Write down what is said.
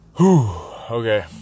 Okay